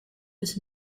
bis